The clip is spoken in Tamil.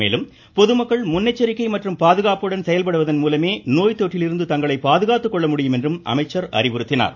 மேலும் பொதுமக்கள் முன்னெச்சரிக்கை மற்றும் பாதுகாப்புடன் செயல்படுவதன் மூலமே நோய்த் தொற்றிலிருந்து தங்களை பாதுகாத்து கொள்ள முடியும் என்றும் அமைச்சர் அறிவுறுத்தினார்